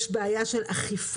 ישנה בעיה של אכיפה